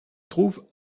trouve